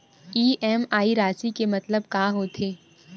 EMI राशि के मतलब का होथे?